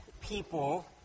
people